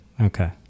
Okay